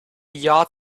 yacht